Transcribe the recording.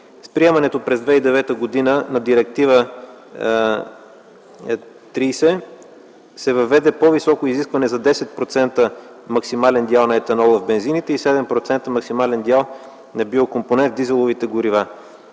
С приемането през 2009 г. на Директива 30 се въведе по-високо изискване за 10% максимален дял на етанол в бензините и 7% максимален дял на биокомпонент в дизеловите горива.